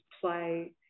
play